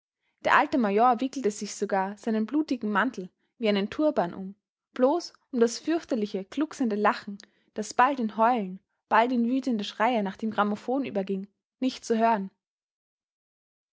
der alte major wickelte sich sogar seinen blutigen mantel wie einen turban um bloß um das fürchterliche glucksende lachen das bald in heulen bald in wütende schreie nach dem grammophon überging nicht zu hören